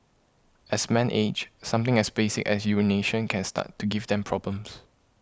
as men age something as basic as urination can start to give them problems